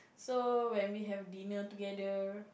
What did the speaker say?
so when we have dinner together